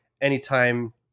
Anytime